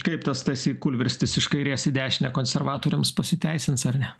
kaip tas stasy kūlverstis iš kairės į dešinę konservatoriams pasiteisins ar ne